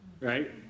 right